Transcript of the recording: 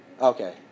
Okay